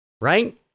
right